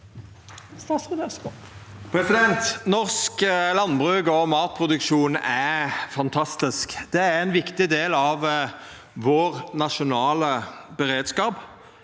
Norsk landbruk og matproduksjon er fantastisk. Det er ein viktig del av den nasjonale beredskapen